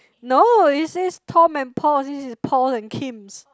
no it says Tom and Paul this is Paul and Kim's